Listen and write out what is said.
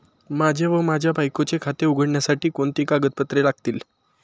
माझे व माझ्या बायकोचे खाते उघडण्यासाठी कोणती कागदपत्रे लागतील?